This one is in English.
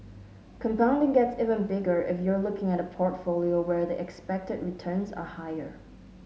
compounding gets even bigger if you're looking at a portfolio where the expected returns are higher